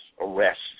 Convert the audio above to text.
arrests